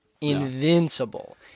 Invincible